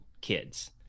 kids